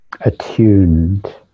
attuned